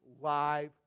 live